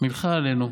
מלכה עלינו.